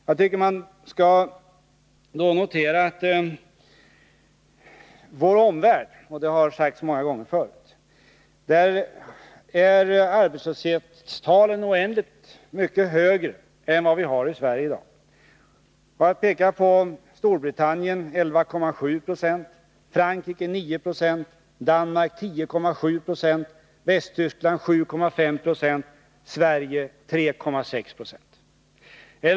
Jag tycker att man då för det första skall notera — och det har sagts många gånger förr — att arbetslösheten i vår omvärld är mycket högre än den vi har i Sverige i dag: Storbritannien 11,7 70, Frankrike 9 20, Danmark 10,7 26, Västtyskland 7,5 Jo, Sverige 3,6 I.